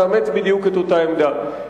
תאמץ בדיוק את אותה עמדה.